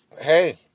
hey